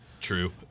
True